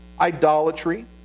idolatry